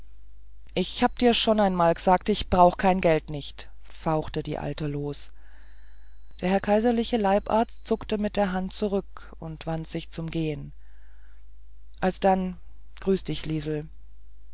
ich hab dir schon einmal g'sagt ich brauch kein geld nicht fauchte die alte los der herr kaiserliche leibarzt zuckte mit der hand zurück und wandte sich zum gehen alsdann grüß dich gott liesel